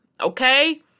okay